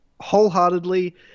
wholeheartedly